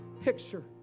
picture